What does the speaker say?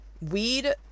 weed